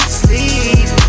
sleep